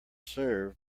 serve